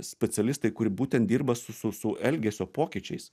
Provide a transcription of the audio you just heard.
specialistai kuri būtent dirba su su su elgesio pokyčiais